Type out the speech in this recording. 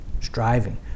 striving